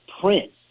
print